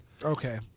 Okay